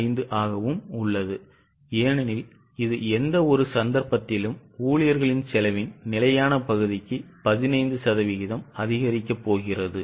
15 ஆகவும் உள்ளது ஏனெனில் இது எந்தவொரு சந்தர்ப்பத்திலும் ஊழியர்களின் செலவின் நிலையான பகுதிக்கு 15 சதவிகிதம் அதிகரிக்கப் போகிறது